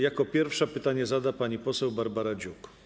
Jako pierwsza pytanie zada pani poseł Barbara Dziuk.